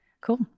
Cool